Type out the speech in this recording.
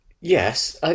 Yes